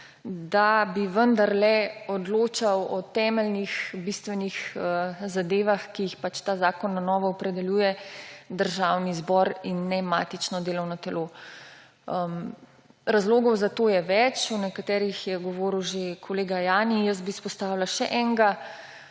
da bi vendarle odločal o temeljnih bistvenih zadevah, ki jih ta zakon na novo opredeljuje, Državni zbor in ne matično delovno telo. Razlogov za to je več. O nekaterih je govoril že kolega Jani. Jaz bi izpostavila še enega.